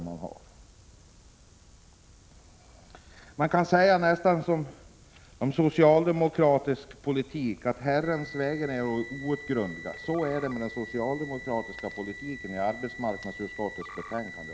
Om socialdemokratins politik skulle man nästan kunna använda Bibelns ord: Herrens vägar är outgrundliga. Så är det med den socialdemokratiska politiken så som den framträder i arbetsmarknadsutskottets betänkande.